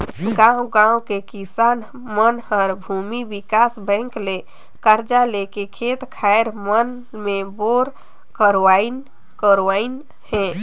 गांव गांव के किसान मन हर भूमि विकास बेंक ले करजा लेके खेत खार मन मे बोर करवाइन करवाइन हें